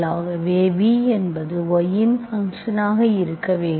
எனவே v என்பது y இன் ஃபங்க்ஷன் ஆக இருக்க வேண்டும்